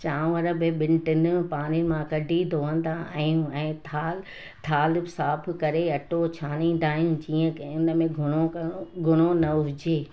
चांवर बि ॿिनि टिनि पाणियुनि मां कढी धोअंदा आहियूं ऐं थालु थालु बि साफ़ु करे अटो छाणींदा आहियूं जीअं के इन में घुणो घुणो न हुजे